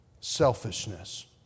Selfishness